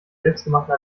selbstgemachten